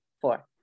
four